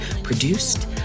Produced